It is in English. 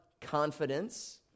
confidence